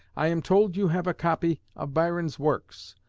i am told you have a copy of byron's works.